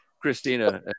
Christina